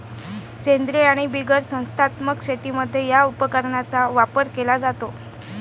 सेंद्रीय आणि बिगर संस्थात्मक शेतीमध्ये या उपकरणाचा वापर केला जातो